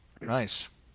Nice